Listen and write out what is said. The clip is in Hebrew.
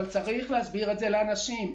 וצריך להסביר את זה לאנשים,